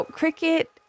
Cricket